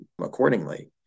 accordingly